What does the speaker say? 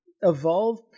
evolve